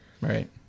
Right